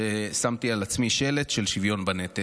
כששמתי על עצמי שלט של שוויון בנטל.